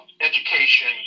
education